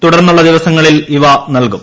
തുടർന്നുള്ള ദിവസങ്ങളിൽ ഇവ നൽകും